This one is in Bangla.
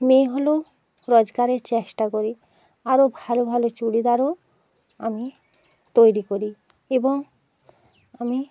মেয়ে হলেও রোজগারের চেষ্টা করি আরো ভালো ভালো চুরিদারও আমি তৈরি করি এবং আমি